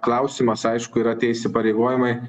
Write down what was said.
klausimas aišku yra tie įsipareigojimai